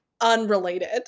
unrelated